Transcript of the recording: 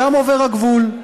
שם עובר הגבול,